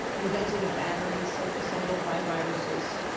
invented a battery self-assembled by viruses,